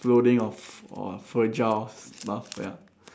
exploding of of fragile stuff ya